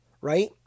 right